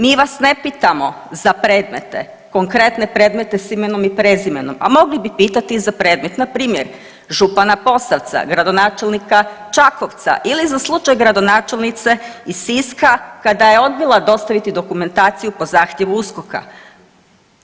Mi vas ne pitamo za predmete, konkretne predmete s imenom i prezimenom, a mogli bi pitati za predmet, npr. župana Posavca, gradonačelnika Čakovca ili za slučaj gradonačelnice iz Siska kada je odbila dostaviti dokumentaciju po zahtjevu USKOK-a.